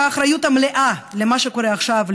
והאחריות המלאה למה שקורה עכשיו,